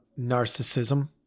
narcissism